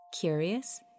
Curious